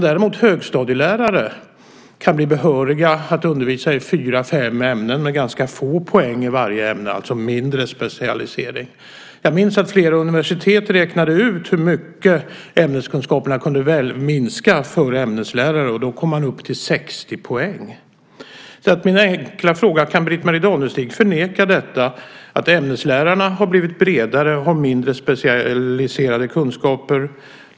Däremot kan högstadielärare bli behöriga att undervisa i fyra fem ämnen med ganska få poäng i varje ämne, alltså mindre specialisering. Jag minns att flera universitet räknade ut hur mycket ämneskunskaperna kunde minska för ämneslärare, och då kom man upp till 60 poäng. Min enkla fråga är: Kan Britt-Marie Danestig förneka att ämneslärarna har blivit bredare och har mindre specialiserade kunskaper?